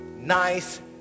Nice